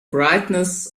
brightness